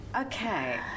okay